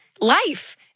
life